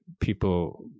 people